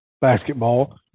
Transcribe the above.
basketball